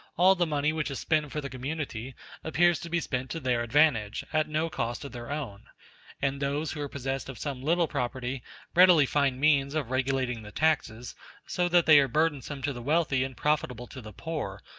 all the money which is spent for the community appears to be spent to their advantage, at no cost of their own and those who are possessed of some little property readily find means of regulating the taxes so that they are burdensome to the wealthy and profitable to the poor,